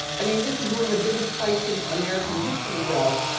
i mean, this was one of the biggest fights in american history though,